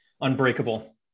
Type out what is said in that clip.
Unbreakable